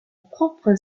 propre